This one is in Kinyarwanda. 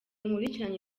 nkurikirana